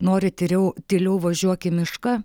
nori tyriau tyliau važiuok į mišką